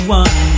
one